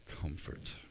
comfort